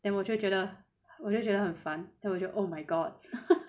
then 我就会觉得我会就觉得很烦 then 我就 oh my god